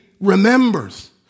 Remembers